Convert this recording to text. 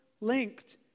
linked